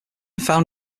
found